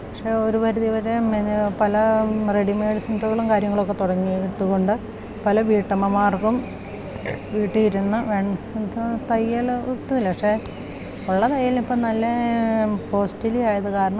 പക്ഷെ ഒരു പരിധിവരെ പിന്നെ പല റെഡിമെയ്ഡ് സെൻ്ററുകളും കാര്യങ്ങളൊക്കെ തുടങ്ങിയത് കൊണ്ട് പല വീട്ടമ്മമാർക്കും വീട്ടിലിരുന്ന് എന്തോ തയ്യല് കിട്ടൂല്ല പക്ഷേ ഉള്ള തയ്യലിപ്പം നല്ല കോസ്റ്റിലി ആയത് കാരണം